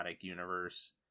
universe